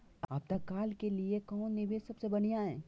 आपातकाल के लिए कौन निवेस सबसे बढ़िया है?